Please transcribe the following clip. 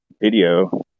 video